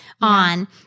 on